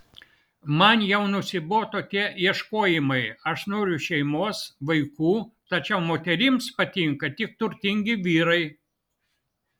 man jau nusibodo tie ieškojimai aš noriu šeimos vaikų tačiau moterims patinka tik turtingi vyrai